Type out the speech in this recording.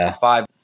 five